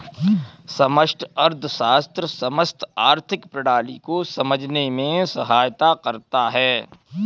समष्टि अर्थशास्त्र समस्त आर्थिक प्रणाली को समझने में सहायता करता है